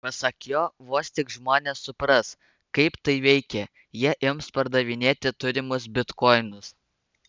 pasak jo vos tik žmonės supras kaip tai veikia jie ims pardavinėti turimus bitkoinus